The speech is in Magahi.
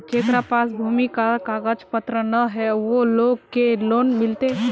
जेकरा पास भूमि का कागज पत्र न है वो लोग के लोन मिलते?